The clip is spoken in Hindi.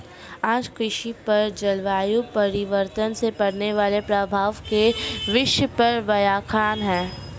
आज कृषि पर जलवायु परिवर्तन से पड़ने वाले प्रभाव के विषय पर व्याख्यान है